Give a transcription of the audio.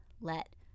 let